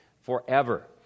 forever